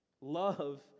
Love